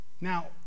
Now